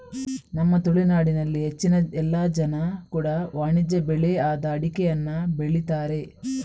ನಮ್ಮ ತುಳುನಾಡಿನಲ್ಲಿ ಹೆಚ್ಚಿನ ಎಲ್ಲ ಜನ ಕೂಡಾ ವಾಣಿಜ್ಯ ಬೆಳೆ ಆದ ಅಡಿಕೆಯನ್ನ ಬೆಳೀತಾರೆ